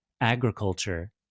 agriculture